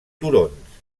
turons